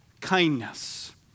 kindness